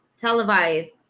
televised